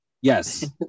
yes